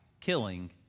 killing